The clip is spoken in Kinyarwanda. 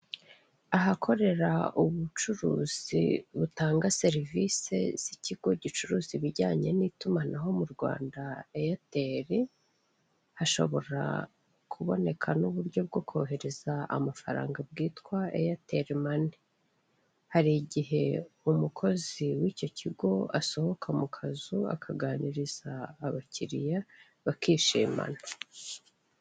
Ahakorera ubucuruzi butanga serivise z'ikigo gicuruza ibijyanye n'itumanaho mu Rwanda, eyateli, hashobora kuboneka n'uburyo bwo kohereza amafaranga, bwitwa eyateli mani. Hari igihe umukozi w'icyo kigo asohoka mu kazu, akaganiriza abakiriya, bakishimana.